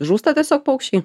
žūsta tiesiog paukščiai